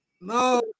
no